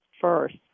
first